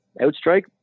outstrike